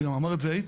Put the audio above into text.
גם אמר את זה איתן.